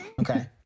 Okay